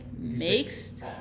mixed